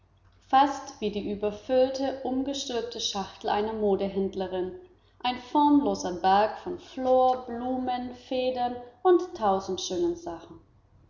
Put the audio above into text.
fast wie die überfüllte umgestülpte schachtel einer modenhändlerin ein formloser berg von flor blumen federn und tausend